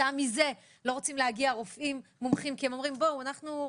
כתוצאה מזה לא רואים להגיע רופאים מומחים כי הם רוצים לעבוד